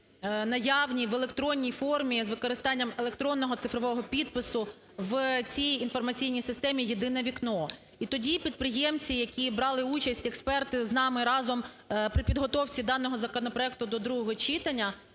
наявні в електронній формі з використанням електронного цифрового підпису у цій інформаційній системі "єдине вікно". І тоді підприємці, які брали участь, експерти з нами разом при підготовці даного законопроекту до другого читання